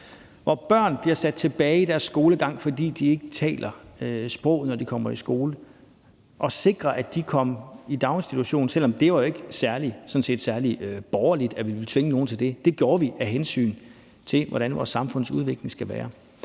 bliver børn sat tilbage i deres skolegang, fordi de ikke taler sproget, når de kommer i skole. Vi ville sikre, at de kom i daginstitution, selv om det jo sådan set ikke var særlig borgerligt, at vi ville tvinge nogen til det. Det gjorde vi af hensyn til, hvordan vores samfundsudvikling skal være.